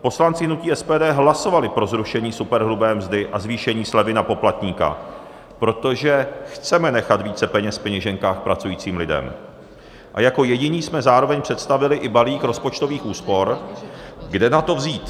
Poslanci hnutí SPD hlasovali pro zrušení superhrubé mzdy a zvýšení slevy na poplatníka, protože chceme nechat více peněz v peněženkách pracujícím lidem, a jako jediní jsme zároveň představili i balík rozpočtových úspor, kde na to vzít.